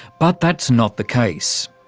but that's not the case.